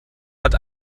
hat